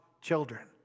children